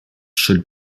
should